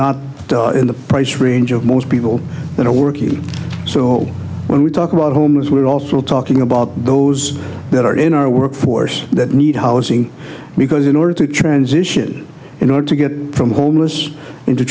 not in the price range of most people that are working so when we talk about homes we're also talking about those that are in our workforce that need housing because in order to transition in order to get from homeless into